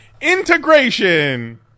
integration